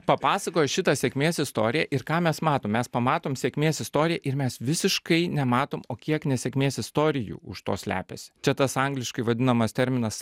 papasakoja šitą sėkmės istoriją ir ką mes matom mes pamatom sėkmės istoriją ir mes visiškai nematom o kiek nesėkmės istorijų už to slepias čia tas angliškai vadinamas terminas